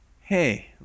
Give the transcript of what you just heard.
Hey